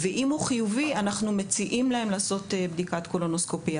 כאשר אם הוא חיובי אנחנו מציעים להם לעשות בדיקת קולונוסקופיה.